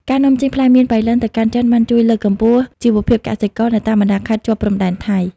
ការនាំចេញផ្លែមៀនប៉ៃលិនទៅកាន់ចិនបានជួយលើកកម្ពស់ជីវភាពកសិករនៅតាមបណ្ដាខេត្តជាប់ព្រំដែនថៃ។